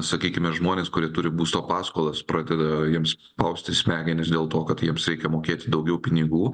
sakykime žmonės kurie turi būsto paskolas pradeda jiems spausti smegenis dėl to kad jiems reikia mokėti daugiau pinigų